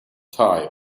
tie